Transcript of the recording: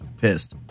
pissed